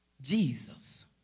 Jesus